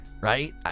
right